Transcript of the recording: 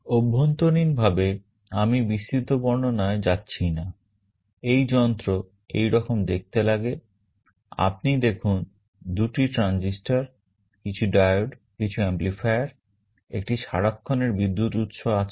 অভ্যন্তরীণভাবে আমি বিস্তৃত বর্ণনায় যাচ্ছি না এই যন্ত্র এই রকম দেখতে লাগে আপনি দেখুন দুটি transistor কিছু diode কিছু amplifier একটি সারাক্ষণের বিদ্যুৎ উৎস আছে